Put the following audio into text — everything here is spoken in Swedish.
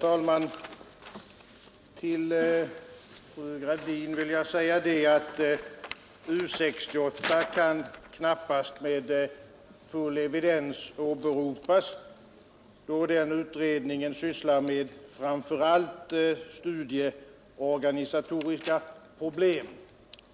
Herr talman! U 68, fru Gradin, kan knappast åberopas med full evidens då den utredningen framför allt sysslar med studieorganisatoriska problem